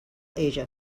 asia